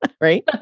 Right